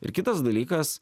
ir kitas dalykas